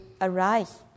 arise